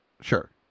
sure